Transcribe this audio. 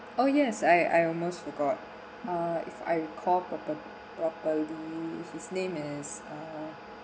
oh yes I I almost forgot uh if I recall proper properly his name is uh